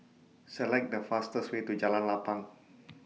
Select The fastest Way to Jalan Lapang